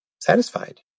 satisfied